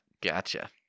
Gotcha